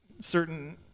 certain